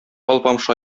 алпамша